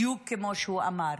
בדיוק כמו שהוא אמר.